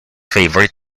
favourite